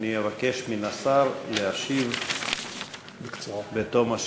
ואני אבקש מן השר להשיב בתום השאלות.